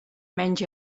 menys